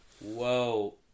Whoa